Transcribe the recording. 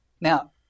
Now